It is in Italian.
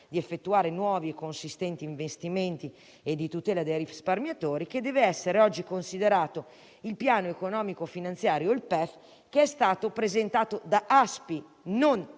di effettuare nuovi e consistenti investimenti e di tutela dei risparmiatori, che deve essere oggi considerato il piano economico-finanziario (PEF) che è stato presentato da Aspi, non